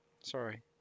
Sorry